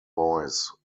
voice